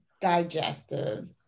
digestive